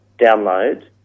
download